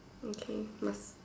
okay must